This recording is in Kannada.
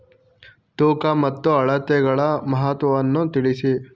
ತೂಕ ಮತ್ತು ಅಳತೆಗಳ ಮಹತ್ವವನ್ನು ತಿಳಿಸಿ?